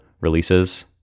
releases